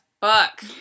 fuck